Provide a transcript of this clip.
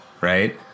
right